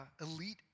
elite